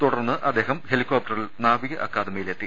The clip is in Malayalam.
തുടർന്ന് അദ്ദേഹം ഹെലികോപ്റ്ററിൽ നാവിക അക്കാദമിയിലെത്തി